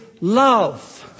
love